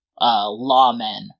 lawmen